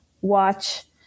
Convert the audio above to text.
watch